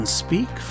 speak